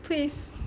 please